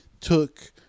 took